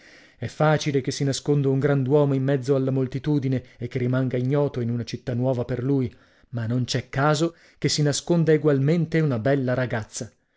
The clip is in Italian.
è facile che si nasconda un grand'uomo in mezzo alla moltitudine e che rimanga ignoto in una città nuova per lui ma non c'è caso che si nasconda egualmente una bella ragazza